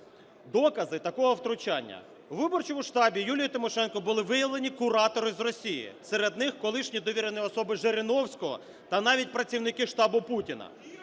докази такого втручання. У виборчому штабі Юлії Тимошенко були виявлені куратори з Росії, серед них колишні довірені особи Жириновського та навіть працівники штабу Путіна.